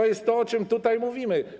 To jest to, o czym tutaj mówimy.